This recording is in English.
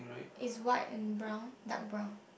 is white and brown dark brown